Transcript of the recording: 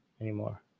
anymore